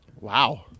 wow